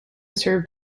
serve